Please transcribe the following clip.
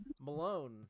Malone